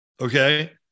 Okay